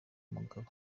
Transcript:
umugabo